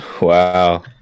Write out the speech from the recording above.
Wow